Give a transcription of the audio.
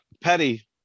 Petty